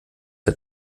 der